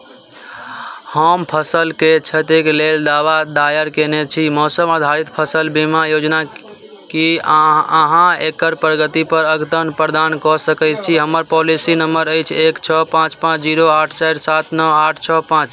हम फसलके क्षतिके लेल दावा दायर कयने छी मौसम आधारित फसल बीमा योजना की अहाँ अहाँ एकर प्रगतिपर अद्यतन प्रदान कऽ सकैत छी हमर पॉलिसी नम्बर अछि एक छओ पाँच पाँच जीरो आठ चारि सात नओ आठ छओ पाँच